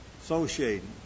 associating